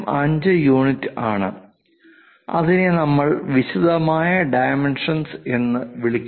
05 unit ആണ് അതിനെ നമ്മൾ വിശദമായ ഡൈമെൻഷൻസ് എന്ന് വിളിക്കുന്നു